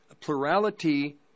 plurality